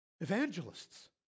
Evangelists